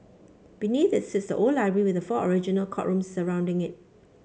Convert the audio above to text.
beneath it sits the old library with the four original courtrooms surrounding it